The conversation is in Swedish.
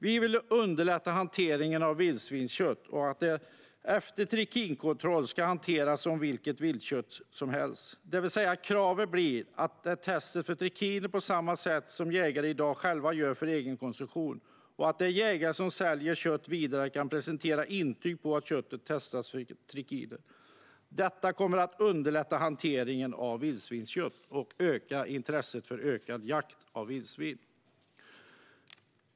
Vi vill underlätta hanteringen av vildsvinskött och att köttet efter trikinkontroll ska hanteras som vilket annat viltkött som helst, det vill säga att kravet blir att det ska testas för trikiner på samma sätt som jägare i dag själva gör för egenkonsumtion och att de jägare som säljer kött vidare kan presentera intyg på att köttet testats för trikiner. Detta kommer att underlätta hanteringen av vildsvinskött och öka intresset för jakt på vildsvin.